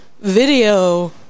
video